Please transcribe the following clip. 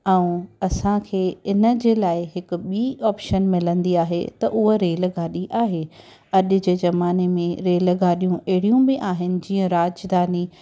ऐं असांखे इन जे लाइ हिक बि ऑपशन मिलंदी आहे त उहा रेलगाॾी आहे अॼु जे ज़माने में रेलगाॾियूं अहिड़ियूं बि आहिनि जीअं राजधानी